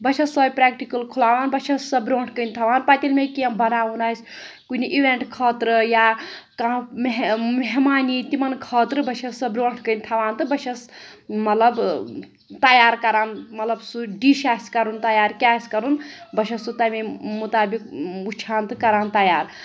بہَ چھَس سۄے پرٛٮ۪کٹِکَل کھُلاوان بہَ چھَس سَہ برونٛٹھ کَنۍ تھاوان پَتہٕ ییٚلہِ مےٚ کیٚنٛہہ بَناوُن آسہِ کُنہِ اِوٮ۪نٛٹ خٲطرٕ یا کانٛہہ مہ مہمان یی تِمَن خٲطرٕ بہٕ چھَس سَہ برونٛٹھ کَنہِ تھاوان تہٕ بہَ چھَس مطلب تَیار کَران مطلب سُہ ڈِش آسہِ کَرُن تَیار کیٛاہ آسہِ کَرُن بہَ چھَس سُہ تَمے مُطٲبِق وٕچھان تہٕ کَران تَیار